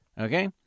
Okay